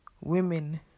women